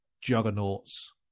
juggernauts